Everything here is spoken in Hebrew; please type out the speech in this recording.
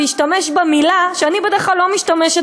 והשתמש במילה שאני בדרך כלל לא משתמשת